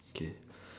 okay